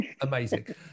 Amazing